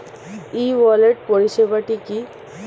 ই wallet পরিষেবাটি কি?